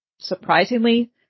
surprisingly